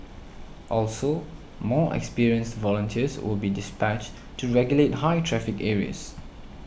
also more experienced volunteers will be dispatched to regulate high traffic areas